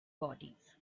bodies